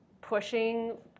pushing